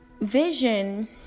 Vision